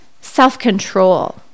self-control